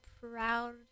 proud